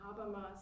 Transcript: Habermas